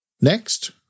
Next